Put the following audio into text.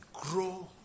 grow